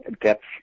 depth